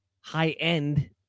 high-end